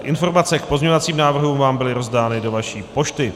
Informace k pozměňovacím návrhům vám byly rozdány do vaší pošty.